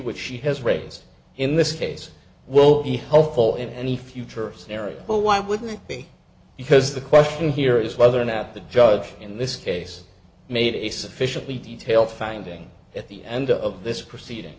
which she has raised in this case will be hopeful in any future scenario but why wouldn't it be because the question here is whether an apt the judge in this case made a sufficiently detailed finding at the end of this proceeding